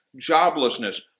joblessness